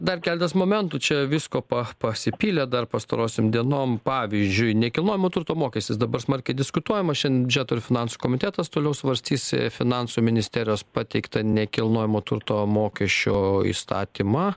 dar keletas momentų čia visko pa pasipylė dar pastarosiom dienom pavyzdžiui nekilnojamo turto mokestis dabar smarkiai diskutuojamas šian biudžeto ir finansų komitetas toliau svarstys finansų ministerijos pateiktą nekilnojamo turto mokesčio įstatymą